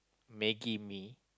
maggie-mee